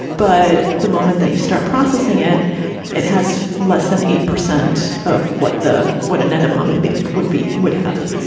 but the moment that you start processing it it has less than eight percent of what the what an atom ah maybe it would be would have.